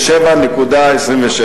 ל-7.26.